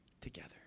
together